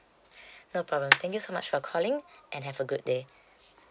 no problem thank you so much for calling and have a good day